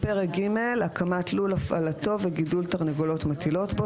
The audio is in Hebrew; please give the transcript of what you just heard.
פרק ג': הקמת לול הפעלתו וגידול תר נגולות מטילות בו